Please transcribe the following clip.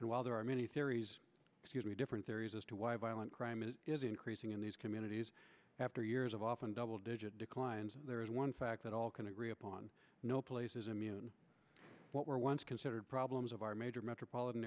and while there are many theories to be different theories as to why violent crime is is increasing in these communities after years of often double digit declines there is one fact that all can agree upon no place is immune what were once considered problems of our major metropolitan